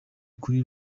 kuri